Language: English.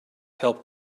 help